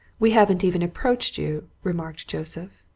we haven't even approached you, remarked joseph.